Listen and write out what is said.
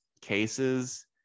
cases